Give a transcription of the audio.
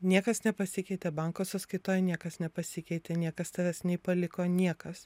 niekas nepasikeitė banko sąskaitoj niekas nepasikeitė niekas tavęs nei paliko niekas